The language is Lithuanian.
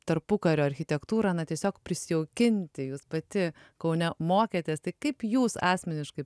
tarpukario architektūrą na tiesiog prisijaukinti jūs pati kaune mokėtės tai kaip jūs asmeniškai